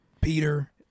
Peter